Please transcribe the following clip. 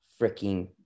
freaking